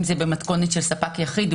אם זה במתכונת של ספק יחיד,